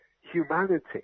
humanity